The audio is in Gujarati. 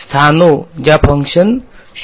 સ્થાનો જ્યાં ફંક્શન 0 થાય છે